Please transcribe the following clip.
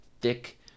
thick